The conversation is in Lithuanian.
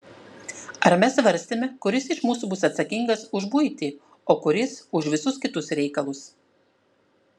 ar mes svarstėme kuris iš mūsų bus atsakingas už buitį o kuris už visus kitus reikalus